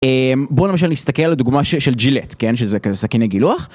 בואו למשל נסתכל על הדוגמה של ג'ילט, שזה סכיני גילוח.